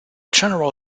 general